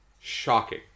shocking